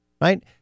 Right